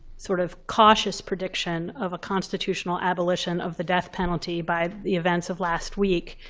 sort of cautious prediction of a constitutional abolition of the death penalty by the events of last week.